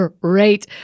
great